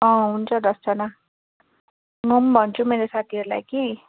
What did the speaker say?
अँ हुन्छ दसजना म पनि भन्छु मेरो साथीहरूलाई कि